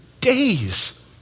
days